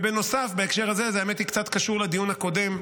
בנוסף, בהקשר הזה, האמת, זה קצת קשור לדיון הקודם,